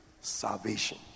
salvation